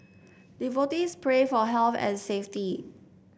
devotees pray for health and safety